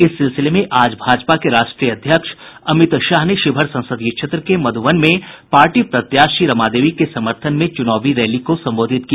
इस सिलसिले में आज भाजपा के राष्ट्रीय अध्यक्ष अमित शाह ने शिवहर संसदीय क्षेत्र के मधुबन में पार्टी प्रत्याशी रमा देवी के समर्थन में चुनावी रैली को संबोधित किया